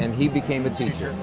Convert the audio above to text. and he became a teacher